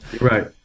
Right